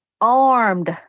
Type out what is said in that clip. Armed